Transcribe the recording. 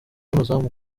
n’umuzamu